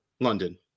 London